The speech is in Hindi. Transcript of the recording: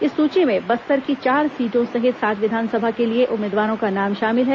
इस सूची में बस्तर की चार सीटों सहित सात विधानसभा के लिए उम्मीदवारों का नाम शामिल हैं